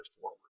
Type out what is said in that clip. forward